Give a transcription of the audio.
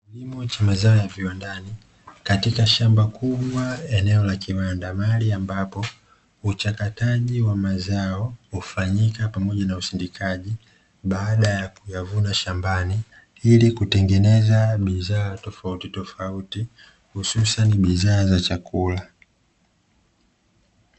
Kilimo cha mazao ya viwandani katika shamba kubwa, eneo la kiwanda; mahali ambapo uchakataji wa mazao hufanyika pamoja na usindikaji, baada ya kuyavuna shambani ili kutengeneza bidhaa tofautitofauti hususani bidhaa za chakula.